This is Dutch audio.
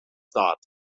staat